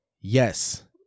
Yes